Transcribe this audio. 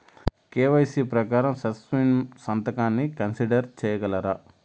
KYC ప్రకారం specimen సంతకాన్ని consider సేయగలరా?